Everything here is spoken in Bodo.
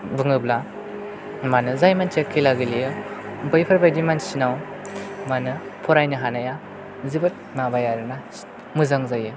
बुङोब्ला मा होनो जाय मानसिया खेला गेलेयो बैफोरबायदि मानसिनाव मा होनो फरायनो हानाया जोबोद माबाबाय आरो ना मोजां जायो